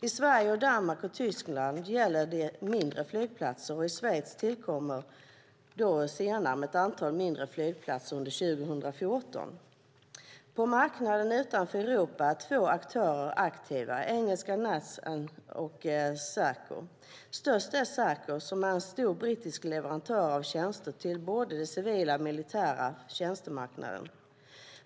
I Sverige, Danmark och Tyskland gäller detta mindre flygplatser, och i Schweiz tillkommer ett antal mindre flygplatser under 2014. På marknader utanför Europa är två aktörer aktiva, engelska NATS och Serco. Störst är Serco, som är en stor brittisk leverantör av tjänster till både den civila och den militära tjänstemarknaden.